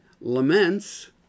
laments